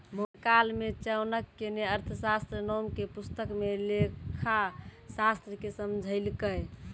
मौर्यकाल मे चाणक्य ने अर्थशास्त्र नाम के पुस्तक मे लेखाशास्त्र के समझैलकै